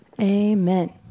Amen